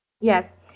Yes